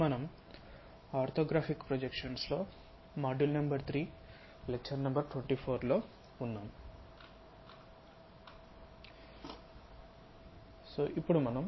మనము orthographic projections లో module number 3 lecture number 24 లో ఉన్నాము